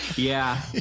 yeah,